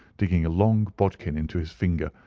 digging a long bodkin into his finger,